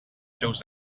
seus